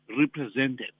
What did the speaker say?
represented